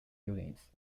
buildings